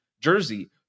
jersey